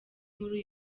muri